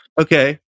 okay